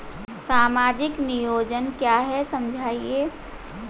सामाजिक नियोजन क्या है समझाइए?